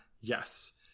Yes